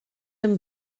amb